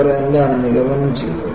അവർ എന്താണ് നിഗമനം ചെയ്തത്